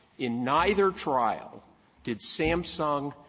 in neither trial did samsung,